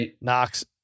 Knox